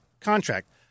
contract